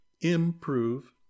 improve